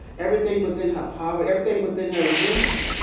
everything within her power, everything within her reach,